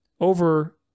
over